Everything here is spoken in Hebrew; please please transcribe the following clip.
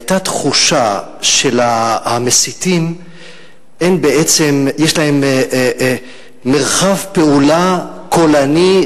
היתה תחושה שהמסיתים יש להם מרחב פעולה קולני,